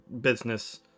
business